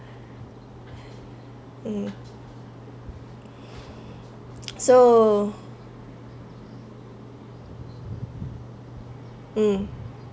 um so um